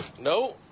no